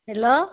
hello